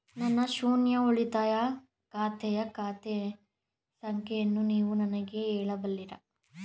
ನನ್ನ ಶೂನ್ಯ ಉಳಿತಾಯ ಖಾತೆಯ ಖಾತೆ ಸಂಖ್ಯೆಯನ್ನು ನೀವು ನನಗೆ ಹೇಳಬಲ್ಲಿರಾ?